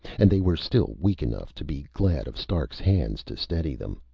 and they were still weak enough to be glad of stark's hands to steady them.